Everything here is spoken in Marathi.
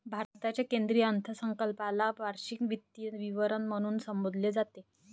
भारताच्या केंद्रीय अर्थसंकल्पाला वार्षिक वित्तीय विवरण म्हणून संबोधले जाते